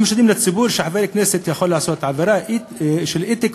אנחנו משדרים לציבור שחבר כנסת יכול לעשות עבירה של אתיקה,